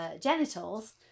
genitals